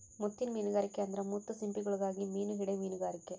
ಮುತ್ತಿನ್ ಮೀನುಗಾರಿಕೆ ಅಂದ್ರ ಮುತ್ತು ಸಿಂಪಿಗುಳುಗಾಗಿ ಮೀನು ಹಿಡೇ ಮೀನುಗಾರಿಕೆ